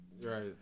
Right